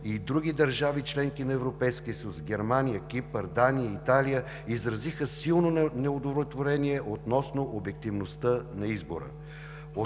и други държави – членки на Европейския съюз: Германия, Кипър, Дания, Италия, изразиха силно неудовлетворение относно обективността на избора.